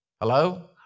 Hello